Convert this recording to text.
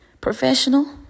professional